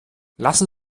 lassen